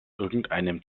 irgendeinem